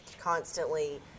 constantly